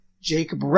Jacob